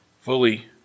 fully